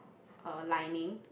uh lining